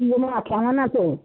কী গো মনা কেমন আছ